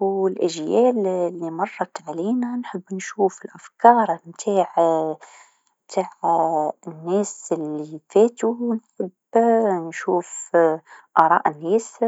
و الأجيال لمرت علينا، نحب نشوف الأفكار نتاع نتاع الناس لفاتو، نحب نشوف آراء الناس.